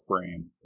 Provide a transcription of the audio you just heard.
frame